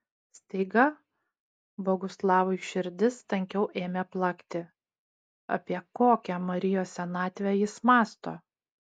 staiga boguslavui širdis tankiau ėmė plakti apie kokią marijos senatvę jis mąsto